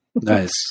Nice